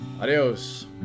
Adios